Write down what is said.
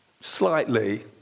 slightly